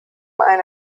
eine